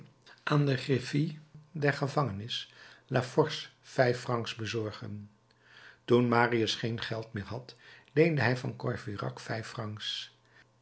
aan de griffie der gevangenis la force vijf francs bezorgen toen marius geen geld meer had leende hij van courfeyrac vijf francs